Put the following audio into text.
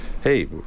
hey